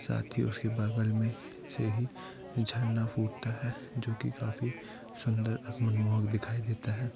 साथ ही उसके बगल में से ही झरना फूटता है जो कि काफ़ी सुन्दर और मनमोहक दिखाई देता है